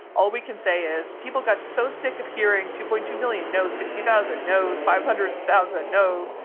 all we can say is people got so sick of hearing two point two million. no. sixty thousand. no. five hundred thousand. no.